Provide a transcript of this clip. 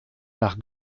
nach